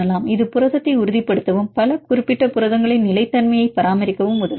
இது புரதத்தை உறுதிப்படுத்தவும் பல குறிப்பிட்ட புரதங்களின் நிலைத்தன்மையை பராமரிக்கவும் உதவுகிறது